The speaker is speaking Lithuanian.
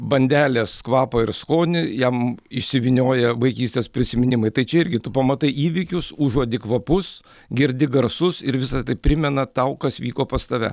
bandelės kvapą ir skonį jam išsivynioja vaikystės prisiminimai tai čia irgi tu pamatai įvykius užuodi kvapus girdi garsus ir visa tai primena tau kas vyko pas tave